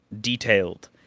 detailed